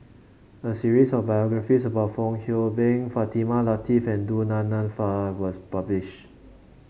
a series of biographies about Fong Hoe Beng Fatimah Lateef and Du Nan Nanfa was published